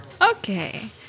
Okay